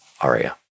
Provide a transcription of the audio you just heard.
aria